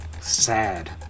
Sad